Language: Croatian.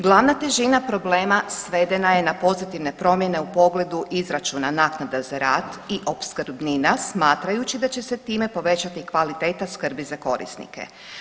Glavna težina problema svedena je na pozitivne promjene u pogledu izračuna naknada za rad i opskrbnina smatrajući da će se time povećati kvaliteta skrbi za korisnike.